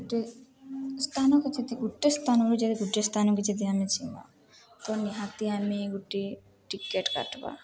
ଗୋଟେ ସ୍ଥାନକୁ ଯଦି ଗୋଟେ ସ୍ଥାନରୁ ଯଦି ଗୋଟେ ସ୍ଥାନକୁ ଯଦି ଆମେ ଯିମା ତ ନିହାତି ଆମେ ଗୋଟେ ଟିକେଟ୍ କାଟ୍ବା